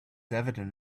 evident